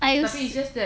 I u~